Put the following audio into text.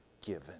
given